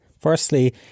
Firstly